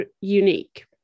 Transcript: unique